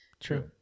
True